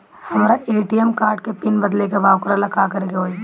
हमरा ATM card के pin बदले के बा वोकरा ला का करे के होई?